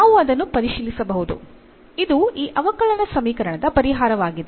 ನಾವು ಅದನ್ನು ಪರಿಶೀಲಿಸಬಹುದು ಇದು ಈ ಅವಕಲನ ಸಮೀಕರಣದ ಪರಿಹಾರವಾಗಿದೆ